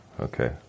Okay